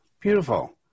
Beautiful